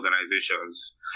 Organizations